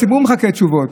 הציבור מחכה לתשובות.